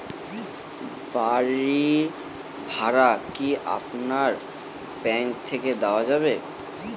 বাড়ী ভাড়া কি আপনার ব্যাঙ্ক থেকে দেওয়া যাবে?